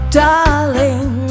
darling